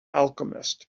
alchemists